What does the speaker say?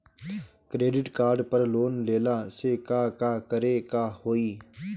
Credit card पर loan लेला से का का करे क होइ?